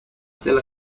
still